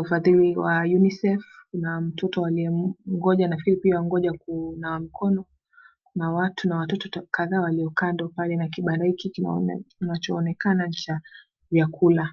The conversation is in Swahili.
ufadhili wa UNICEF na mtoto aliye nafkiri anangoja kunawa mikono na mtu na watoto kadhaa pale kando na kibanda nafkiri kinachoonekana kama ni cha vyakula.